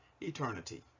eternity